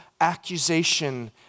accusation